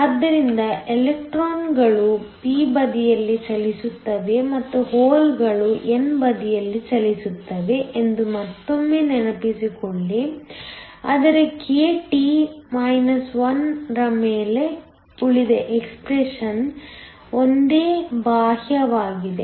ಆದ್ದರಿಂದ ಎಲೆಕ್ಟ್ರಾನ್ಗಳು p ಬದಿಯಲ್ಲಿ ಚಲಿಸುತ್ತಿವೆ ಮತ್ತು ಹೋಲ್ಗಳು n ಬದಿಯಲ್ಲಿ ಚಲಿಸುತ್ತಿವೆ ಎಂದು ಮತ್ತೊಮ್ಮೆ ನೆನಪಿಸಿಕೊಳ್ಳಿ ಆದರೆ k T 1 ರ ಮೇಲೆ ಉಳಿದ ಎಕ್ಸ್ಪ್ರೆಶನ್ ಒಂದೇ ಬಾಹ್ಯವಾಗಿದೆ